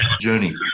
journey